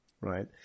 right